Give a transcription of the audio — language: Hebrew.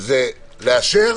לאשר